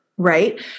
Right